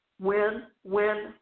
win-win